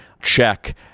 check